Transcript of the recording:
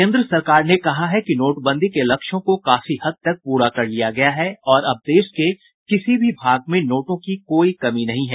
केन्द्र सरकार ने कहा है कि नोटबंदी के लक्ष्यों को काफी हद तक पूरा कर लिया गया है और अब देश के किसी भी भाग में नोटों की कोई कमी नहीं है